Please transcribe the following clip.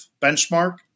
benchmark